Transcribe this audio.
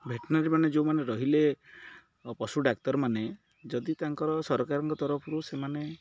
ଭେଟେନାରୀମାନେେ ଯେଉଁମାନେ ରହିଲେ ପଶୁ ଡାକ୍ତରମାନେ ଯଦି ତାଙ୍କର ସରକାରଙ୍କ ତରଫରୁ ସେମାନେ